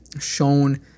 shown